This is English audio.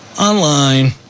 Online